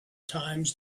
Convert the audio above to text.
times